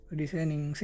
designing